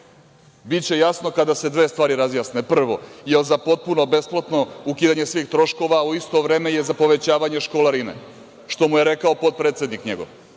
biće jasno kada se dve stvari razjasne. Prvo, da li je za potpuno besplatno ukidanje svih troškova, a u isto vreme je za povećanje školarine, što mu je rekao podpredsednik njegov,